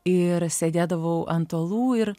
ir sėdėdavau ant uolų ir